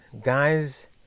guys